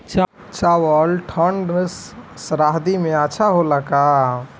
चावल ठंढ सह्याद्री में अच्छा होला का?